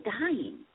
dying